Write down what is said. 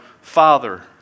father